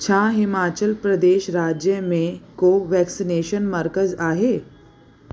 छा हिमाचल प्रदेश राज्य में को वैक्सनेशन मर्कज़ आहे